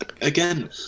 again